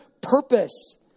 purpose